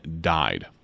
died